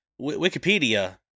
Wikipedia